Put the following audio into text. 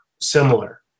similar